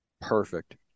Perfect